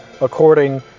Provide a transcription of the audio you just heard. according